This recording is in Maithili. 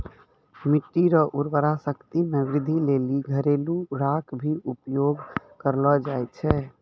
मिट्टी रो उर्वरा शक्ति मे वृद्धि लेली घरेलू राख भी उपयोग करलो जाय छै